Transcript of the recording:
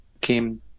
came